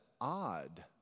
odd